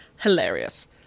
hilarious